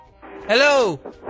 Hello